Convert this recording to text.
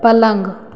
पलंग